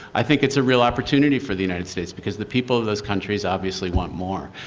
i think it's a real opportunity for the united states because the people of those countries obviously want more.